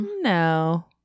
no